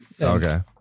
Okay